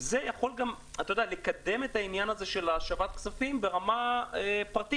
זה יכול גם לקדם את העניין של השבת הכספים ברמה פרטית.